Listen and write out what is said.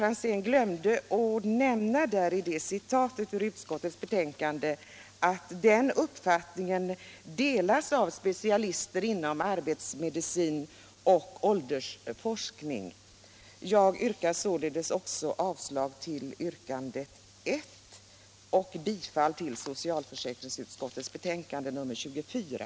I det citat som herr Franzén gjorde ur utskottets betänkande glömde han nämna att den uppfattningen delas av specialister inom arbetsmedicin och åldersforskning. Jag yrkar sålunda avslag även på yrkandet nr 1 och bifall till socialutskottets hemställan i betänkandet nr 24.